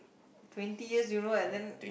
twenty year you know and then